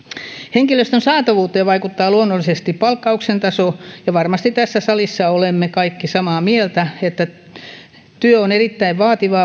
henkilöstön saatavuuteen vaikuttaa luonnollisesti palkkauksen taso varmasti tässä salissa olemme kaikki samaa mieltä että työ on erittäin vaativaa